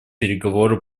переговоры